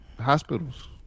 Hospitals